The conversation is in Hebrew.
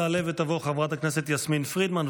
תעלה ותבוא חברת הכנסת יסמין פרידמן,